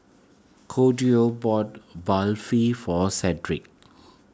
Claudio bought Barfi for Shedrick